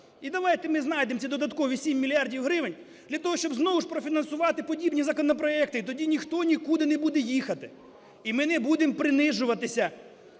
І давайте ми знайдемо ці додаткові 7 мільярдів гривень для того, щоб знову ж профінансувати подібні законопроекти, і тоді ніхто нікуди не буде їхати. І ми не будемо принижуватися